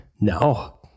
No